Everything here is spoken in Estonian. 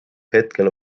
hetkel